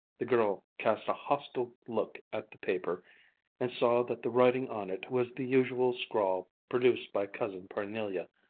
the girl cast a hostile look at the paper and saw that the writing on it was the usual scrawl produced by cousin parnelia,